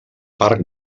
parc